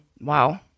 Wow